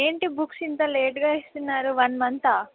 ఏంటి బుక్స్ ఇంత లేటుగా ఇస్తున్నారు వన్ మంతా